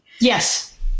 Yes